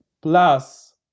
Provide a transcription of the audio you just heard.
plus